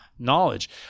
knowledge